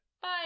Bye